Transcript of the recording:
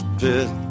pit